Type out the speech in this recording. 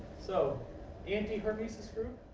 so anti-hormesis group.